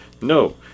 No